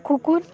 କୁକୁର